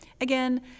again